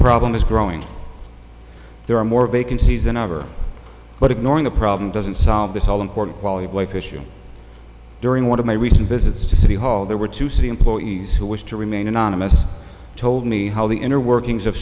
problem is growing there are more vacancies than ever but ignoring the problem doesn't solve this all important quality of life issue during one of my recent visits to city hall there were two city employees who wished to remain anonymous told me how the inner workings of